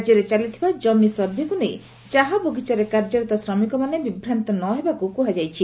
ରାଜ୍ୟରେ ଚାଲିଥିବା ଜମି ସର୍ଭେକୁ ନେଇ ଚା' ବଗିଚାରେ କାର୍ଯ୍ୟରତ ଶ୍ରମିକମାନେ ବିଭ୍ରାନ୍ତ ନ ହେବାକୁ କୁହାଯାଇଛି